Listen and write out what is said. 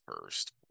first